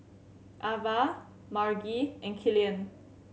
Avah Margie and Killian